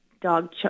dog